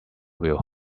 will